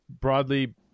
broadly